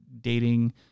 dating